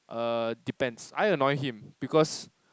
err depends I annoy him because